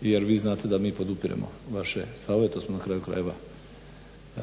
jer vi znate da mi podupiremo vaše stavove. To smo na kraju krajeva i